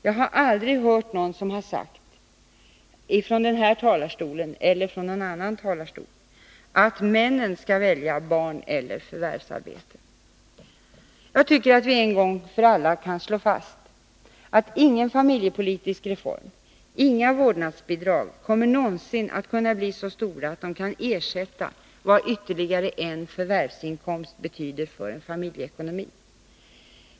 Jag har aldrig hört någon som sagt, från den här talarstolen eller från någon annan talarstol, att männen skall välja barn eller förvärvsarbete. Jag tycker att vi en gång för alla kan slå fast att ingen familjepolitisk reform, inga vårdnadsbidrag, någonsin kommer att kunna bli så pass stora att de kan ersätta vad en ytterligare förvärvsinkomst betyder för en familjeekonomi.